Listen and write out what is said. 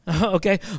okay